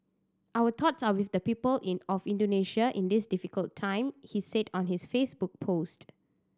our thoughts are with the people in of Indonesia in this difficult time he said on his Facebook post